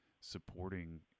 supporting